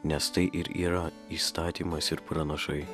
nes tai ir yra įstatymas ir pranašai